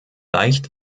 leicht